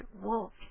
walk